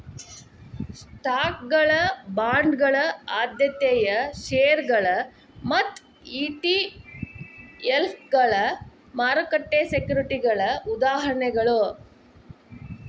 ಸ್ಟಾಕ್ಗಳ ಬಾಂಡ್ಗಳ ಆದ್ಯತೆಯ ಷೇರುಗಳ ಮತ್ತ ಇ.ಟಿ.ಎಫ್ಗಳ ಮಾರುಕಟ್ಟೆ ಸೆಕ್ಯುರಿಟಿಗಳ ಉದಾಹರಣೆಗಳ